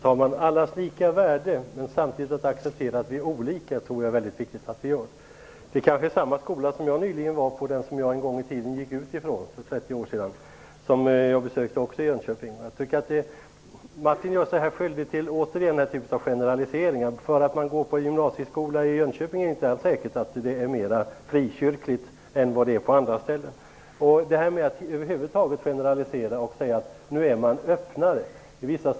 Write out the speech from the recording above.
Herr talman! Jag tror att det är viktigt att acceptera allas lika värde men samtidigt att vi är olika. Martin Nilsson kanske besökte samma skola i Jönköping som jag var på nyligen, den skola som jag en gång i tiden gick ut ifrån, för 30 år sedan. Martin Nilsson gör sig återigen skyldig till generaliseringar. Det är inte alls säkert att det är mera frikyrkligt i en gymnasieskola i Jönköping än på andra ställen. Martin Nilsson generaliserar över huvud taget och säger att ungdomar är öppnare nu.